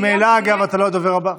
ממילא אתה לא הדובר הבא,